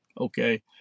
Okay